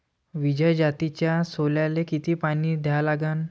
विजय जातीच्या सोल्याले किती पानी द्या लागन?